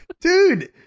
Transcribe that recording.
Dude